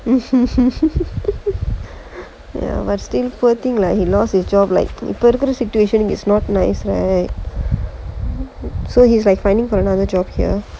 ya but still poor thing lah he lost his job like COVID situation is not nice right so he is finding for another job here